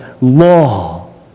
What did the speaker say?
law